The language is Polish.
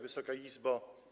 Wysoka Izbo!